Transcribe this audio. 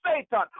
Satan